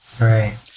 Right